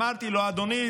אמרתי לו: אדוני,